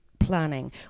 Planning